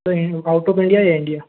sir in out of India या India